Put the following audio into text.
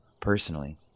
Personally